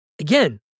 Again